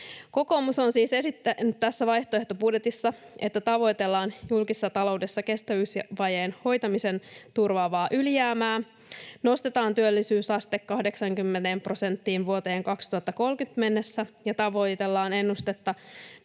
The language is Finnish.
Kokoomus on siis esittänyt tässä vaihtoehtobudjetissa, että tavoitellaan julkisessa talou-dessa kestävyysvajeen hoitamisen turvaavaa ylijäämää, nostetaan työllisyysaste 80 prosenttiin vuoteen 2030 mennessä ja tavoitellaan ennustetta